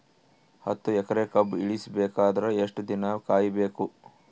ಹತ್ತು ಎಕರೆ ಕಬ್ಬ ಇಳಿಸ ಬೇಕಾದರ ಎಷ್ಟು ದಿನ ಕಾಯಿ ಬೇಕು?